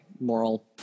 moral